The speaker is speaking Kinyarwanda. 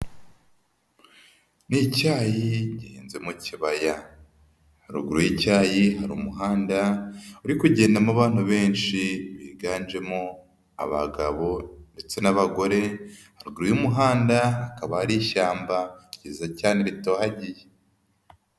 Ni icyayi gihinze mu kibaya haruguru y'icyayi hari umuhanda uri kugendamo abantu benshi biganjemo abagabo ndetse n'abagore, haruguru y'umuhanda hakaba hari ishyamba ryiza cyane ritohagiye.